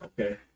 Okay